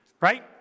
Right